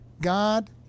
God